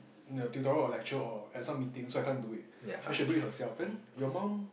in tutorial or lecture or at some meeting so I can't do it then she do it herself then your mum